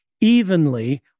evenly